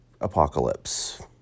apocalypse